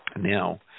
Now